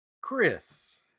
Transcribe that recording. Chris